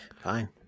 Fine